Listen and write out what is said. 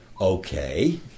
Okay